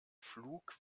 pflug